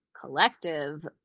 collective